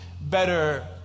better